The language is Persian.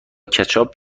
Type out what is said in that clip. کچاپ